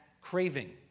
Craving